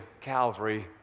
Calvary